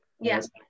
yes